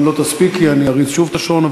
אם לא תספיקי אני אריץ שוב את השעון,